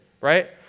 right